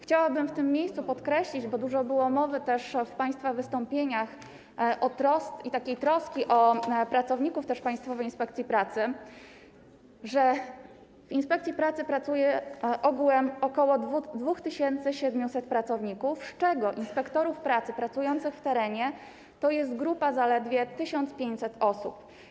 Chciałabym w tym miejscu podkreślić, bo dużo było w państwa wystąpieniach takiej troski o pracowników Państwowej Inspekcji Pracy, że w inspekcji pracy pracuje ogółem ok. 2700 pracowników, z czego inspektorzy pracy pracujący w terenie to grupa zaledwie 1500 osób.